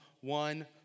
one